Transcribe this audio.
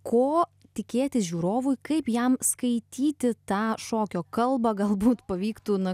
ko tikėtis žiūrovui kaip jam skaityti tą šokio kalbą galbūt pavyktų na